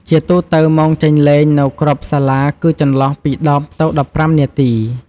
ជាទូទៅម៉ោងចេញលេងនៅគ្រប់សាលាគឺចន្លោះពី ១០ទៅ១៥នាទី។